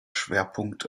schwerpunkt